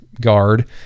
guard